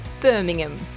Birmingham